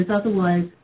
otherwise